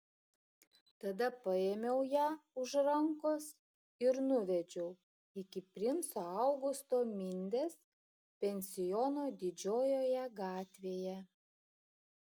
tada paėmiau ją už rankos ir nuvedžiau iki princo augusto mindės pensiono didžiojoje gatvėje